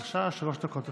בבקשה, שלוש דקות לרשותך.